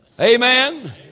Amen